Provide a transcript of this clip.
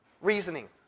reasoning